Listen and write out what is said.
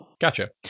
Gotcha